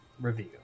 review